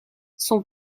son